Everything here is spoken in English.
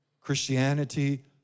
Christianity